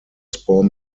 spore